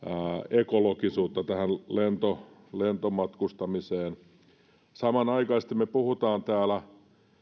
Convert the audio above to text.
ekologisuutta lentomatkustamiseen samanaikaisesti me puhumme täällä